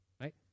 right